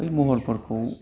बै महरफोरखौ